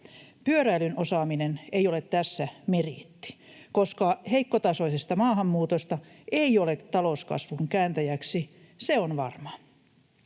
Pyöräilyn osaaminen ei ole tässä meriitti, koska heikkotasoisesta maahanmuutosta ei ole talouskasvun kääntäjäksi, se on varmaa.